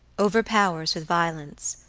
overpowers with violence,